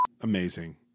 Amazing